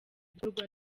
gukorwa